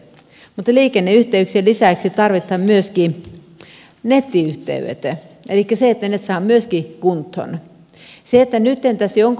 mutta liikenneyhteyksien lisäksi tarvitaan myöskin nettiyhteydet elikkä myöskin ne on saatava kuntoon